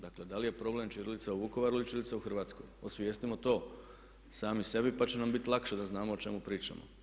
Dakle, da li je problem ćirilice u Vukovaru ili ćirilice u Hrvatskoj? osvijestimo to sami sebi pa će nam biti lakše da znamo o čemu pričamo.